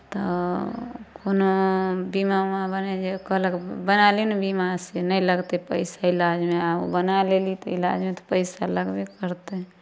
तऽ कोनो बीमा उमावला जे कहलक बना लेल नहि बीमा से नहि लगतै पैसा इलाजमे आ ओ बना लेली तऽ इलाजमे तऽ पैसा लगबे करतै